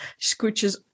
scooches